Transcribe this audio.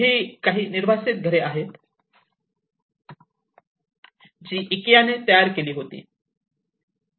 ही काही निर्वासित घरे आहेत जी इकेयाने तयार केली होती